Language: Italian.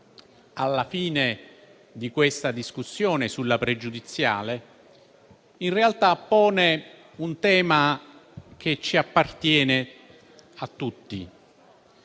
alla fine di questa discussione sulla pregiudiziale, in realtà pone un tema che appartiene a tutti